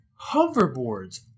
hoverboards